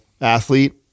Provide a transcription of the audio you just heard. athlete